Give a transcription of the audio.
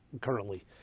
currently